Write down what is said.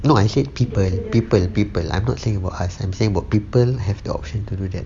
no I say people people people I'm not saying about us I'm saying about people have the option to do that